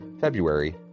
February